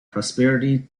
prosperity